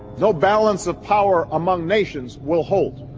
no balance of power among nations will hold.